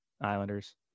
Islanders